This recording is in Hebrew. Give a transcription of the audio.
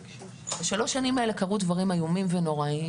בשלוש השנים האלה קרו דברים איומים ונוראים